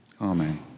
Amen